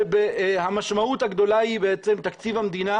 כשהמשמעות הגדולה היא בעצם תקציב המדינה